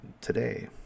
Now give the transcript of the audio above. today